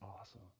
awesome